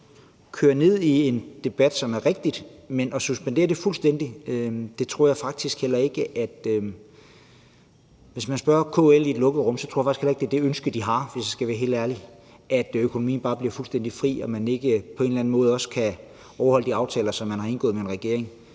går ind i en debat, som er rigtig, men at suspendere det fuldstændig tror jeg faktisk heller ikke er en god idé. Hvis man spørger KL i et lukket rum, tror jeg faktisk heller ikke, at det er det ønske, de har, hvis jeg skal være helt ærlig, altså at økonomien bare bliver fuldstændig fri, og at man ikke på en eller anden måde også kan overholde de aftaler, som man har indgået med en regering.